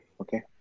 Okay